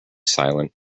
silent